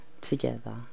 together